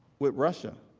with russia.